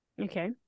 Okay